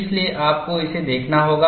इसलिए आपको इसे देखना होगा